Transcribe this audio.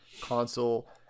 console